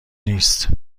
نیست